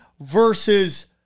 versus